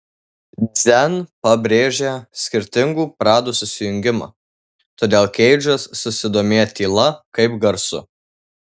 dzen pabrėžia skirtingų pradų susijungimą todėl keidžas susidomėjo tyla kaip garsu